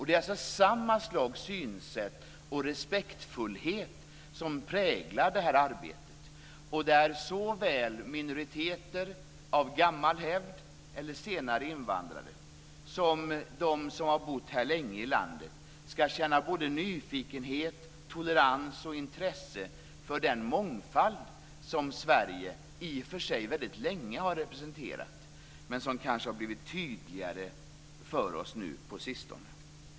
Det är alltså samma slags synsätt och respektfullhet som präglar det här arbetet, där såväl minoriteter av gammal hävd eller senare invandrade som de som har bott länge i landet ska känna nyfikenhet, tolerans och intresse för den mångfald som Sverige i och för sig väldigt länge har representerat, men som kanske har blivit tydligare för oss på sistone.